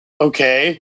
okay